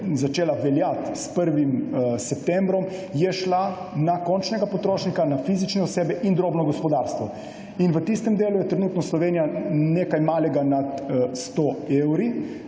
začela veljati s 1. septembrom šla na končnega potrošnika, na fizične osebe in drobno gospodarstvo. V tistem delu je trenutno Slovenija nekaj malega nad 100 evri.